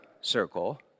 circle